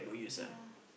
ya